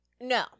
No